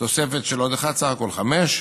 תוספת של עוד אחד ובסך הכול חמישה.